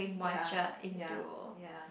ya ya ya